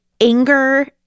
anger